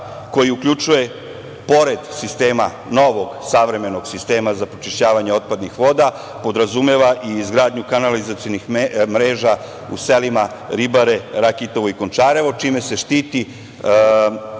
koji podrazumeva, pored novog, savremenog sistema za prečišćavanje otpadnih voda, izgradnju kanalizacionih mreža u selima Ribare, Rakitovo i Končarevo, čime se štiti